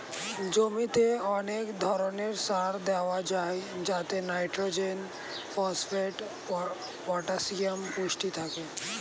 জমিতে অনেক ধরণের সার দেওয়া হয় যাতে নাইট্রোজেন, ফসফেট, পটাসিয়াম পুষ্টি থাকে